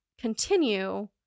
continue